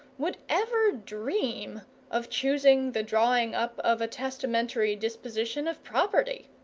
would ever dream of choosing the drawing-up of a testamentary disposition of property?